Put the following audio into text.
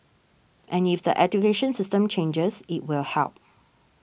and if the education system changes it will help